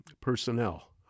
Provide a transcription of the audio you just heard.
personnel